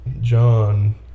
John